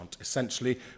...essentially